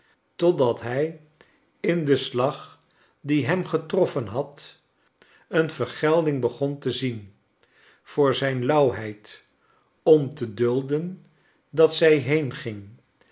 totdat hij in den slag die hem getroffen had een vergelding begon te zien voor zijn lauwheid om te dulden dat zij